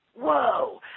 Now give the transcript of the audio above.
whoa